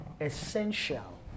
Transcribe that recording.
essential